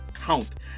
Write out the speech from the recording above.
count